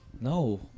No